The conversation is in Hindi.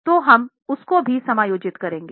तो हम इसको भी समायोजित करेंगे